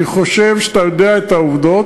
אני חושב שאתה יודע את העובדות,